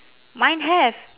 mine have